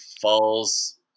falls